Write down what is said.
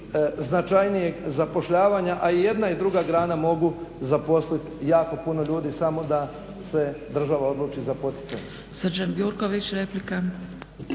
značajnijeg zapošljavanja, a i jedna i druga grana mogu zaposlit jako puno ljudi, samo da se država odluči za poticaje.